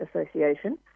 association